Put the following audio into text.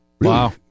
Wow